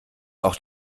auch